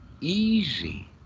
easy